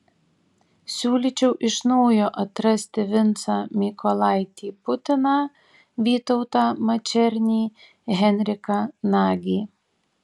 siūlyčiau iš naujo atrasti vincą mykolaitį putiną vytautą mačernį henriką nagį